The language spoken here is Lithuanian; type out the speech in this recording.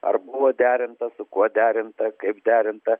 ar buvo derinta su kuo derinta kaip derinta